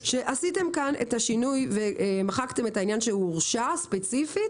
שעשיתם כאן את השינוי ומחקתם את העניין של מורשע ספציפית,